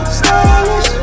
stylish